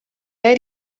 lei